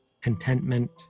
contentment